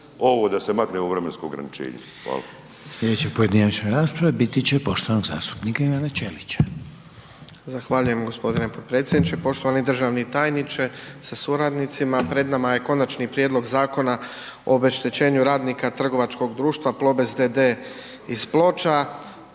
ovo da se makne ovo vremensko ograničenje. Hvala.